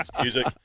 music